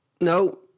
No